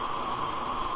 தங்களுக்கு மிக்க நன்றி